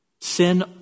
Sin